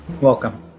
Welcome